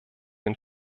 den